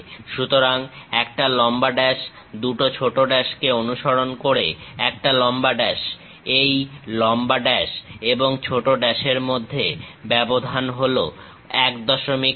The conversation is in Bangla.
সুতরাং একটা লম্বা ড্যাশ দুটো ছোট ড্যাশকে অনুসরণ করে একটা লম্বা ড্যাশ এই লম্বা ড্যাশ এবং ছোট ড্যাশের মধ্যে ব্যবধান হলো 15 mm